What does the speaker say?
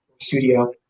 studio